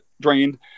drained